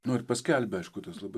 nu ir paskelbia aišku tas labai